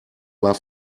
war